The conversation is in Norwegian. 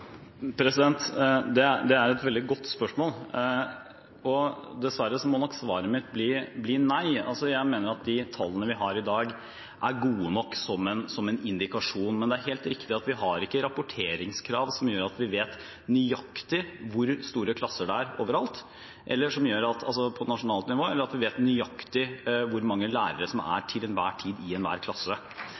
Det er et veldig godt spørsmål. Dessverre må nok svaret mitt bli nei. Jeg mener at de tallene vi har i dag, er gode nok som en indikasjon, men det er helt riktig at vi har ikke rapporteringskrav som gjør at vi vet nøyaktig hvor store klasser det er over alt på nasjonalt nivå, eller som at vi vet nøyaktig hvor mange lærere det er til enhver tid i enhver klasse.